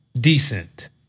decent